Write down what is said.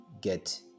get